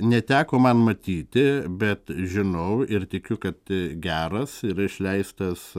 neteko man matyti bet žinau ir tikiu kad geras ir išleistas